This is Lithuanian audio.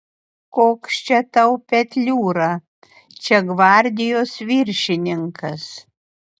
koks čia tau petliūra čia gvardijos viršininkas